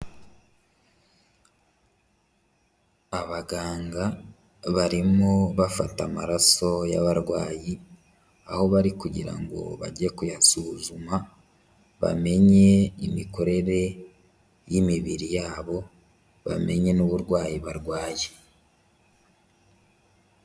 Abaganga barimo bafata amaraso y'abarwayi, aho bari kugira ngo bajye kuyasuzuma bamenye imikorere y'imibiri yabo, bamenye n'uburwayi barwaye.